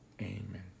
Amen